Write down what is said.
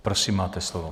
Prosím, máte slovo.